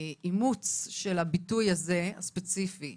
שהאימוץ של הביטוי הספציפי הזה,